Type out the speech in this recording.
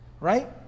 Right